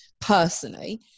personally